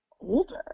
older